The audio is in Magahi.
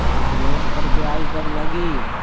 लोन पर ब्याज दर लगी?